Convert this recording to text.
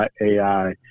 AI